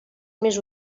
més